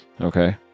Okay